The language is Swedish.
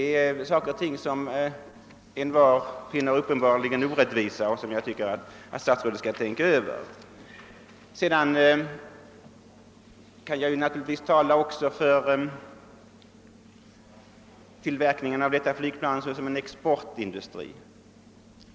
Dessa förhållanden framstår för var och en som uppenbart orättvisa, och jag tycker att statsrådet skall tänka över dem. Jag vill också ta upp frågan om denna flygplanstyp ur exportsynpunkt.